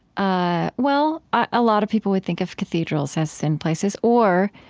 ah well, a lot of people would think of cathedrals as thin places or,